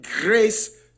Grace